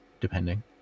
depending